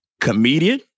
comedian